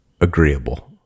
agreeable